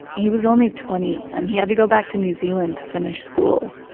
he was only twenty and he had to go back to new zealand to finish school.